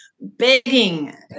begging